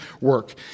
work